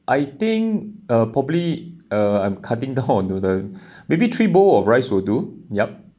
I think uh probably uh I'm cutting down on to the maybe three bowl of rice will do yup